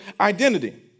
identity